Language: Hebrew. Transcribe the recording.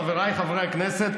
חבריי חברי הכנסת,